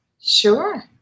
Sure